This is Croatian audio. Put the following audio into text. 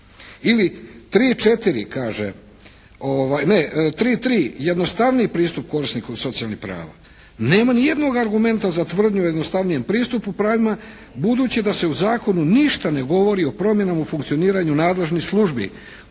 kaže. Ne, tri, tri, jednostavniji pristup korisniku socijalnih prava. Nema ni jednog argumenta za tvrdnju jednostavnijem pristupu …/Govornik se ne razumije./… budući da se u zakonu ništa ne govori o promjenama u funkcioniranju nadležnih službi,